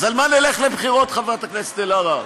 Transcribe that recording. אז על מה נלך לבחירות, חברת הכנסת אלהרר,